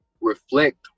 reflect